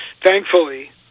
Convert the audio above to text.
thankfully